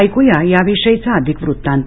ऐकूया याविषयीचा अधिक वृत्तान्त